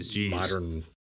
modern